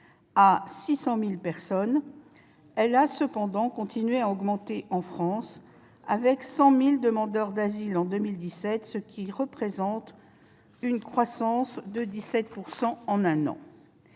à 600 000 personnes, il a cependant continué à augmenter en France, avec 100 000 demandeurs en 2017, ce qui représente une croissance de 17 % en un an.